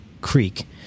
Creek